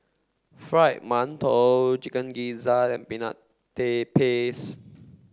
fried mantou chicken gizzard and Peanut Paste